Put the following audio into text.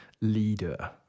leader